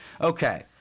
Okay